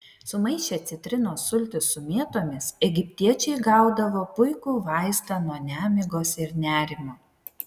sumaišę citrinos sultis su mėtomis egiptiečiai gaudavo puikų vaistą nuo nemigos ir nerimo